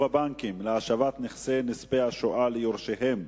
הבנקים להשיב את נכסי נספי השואה ליורשיהם,